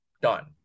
done